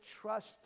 trust